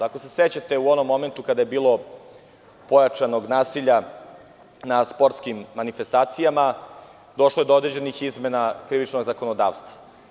Ako se sećate, u onom momentu kada je bilo pojačanog nasilja na sportskim manifestacijama, došlo je do određenih izmena krivičnog zakonodavstva.